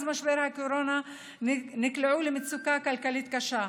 משבר הקורונה נקלעו למצוקה כלכלית קשה.